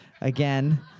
again